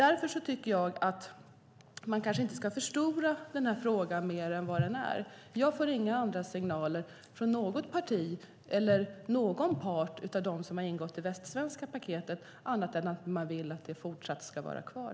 Jag tycker inte att man ska göra den här frågan större än den är, för jag får inga andra signaler från något parti eller någon av de parter som har beslutat om västsvenska paketet än att man vill att det fortsatt ska vara kvar.